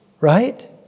Right